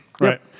Right